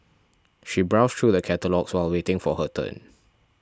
she browsed through the catalogues while waiting for her turn